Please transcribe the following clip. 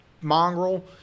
mongrel